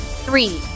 three